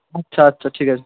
আচ্ছা আচ্ছা ঠিক আছে